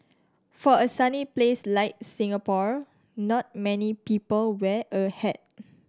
for a sunny place like Singapore not many people wear a hat